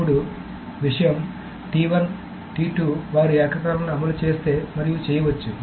ఇప్పుడు విషయం వారు ఏకకాలంలో అమలు చేస్తే మరియు చేయవచ్చు